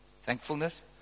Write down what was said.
Thankfulness